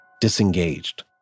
disengaged